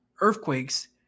Earthquakes